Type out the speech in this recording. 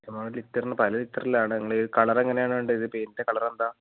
ഇപ്പമെന്ന് പറഞ്ഞാൽ ഒരു ലിറ്ററിന് പല ലിറ്ററിലാണ് നിങ്ങളേത് കളറെങ്ങനെയാണ് വേണ്ടത് പെയിൻറ്റിൻ്റെ കളറെന്താണ്